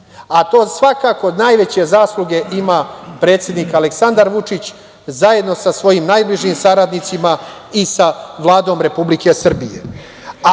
za to svakako najveće zasluge ima predsednik Aleksandar Vučić, zajedno sa svojim najbližim saradnicima i sa Vladom Republike Srbije. Kakve